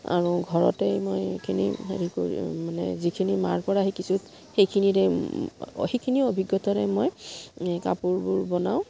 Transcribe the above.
আৰু ঘৰতেই মই এইখিনি হেৰি কৰি মানে যিখিনি মাৰ পৰা শিকিছোঁ সেইখিনিৰে সেইখিনি অভিজ্ঞতাৰে মই কাপোৰবোৰ বনাওঁ